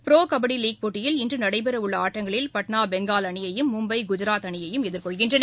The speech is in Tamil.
ப்ரோ கபடி லீக் போட்டியில் இன்று நடைபெற உள்ள ஆட்டங்களில் பாட்னா பெங்கால் அணியையும் மும்பை குஜராத் அணியையும் எதிர்கொள்கின்றன